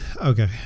okay